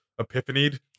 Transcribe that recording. epiphanied